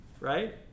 right